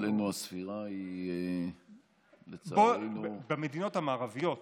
שאצלנו הספירה היא לצערנו, במדינות המערביות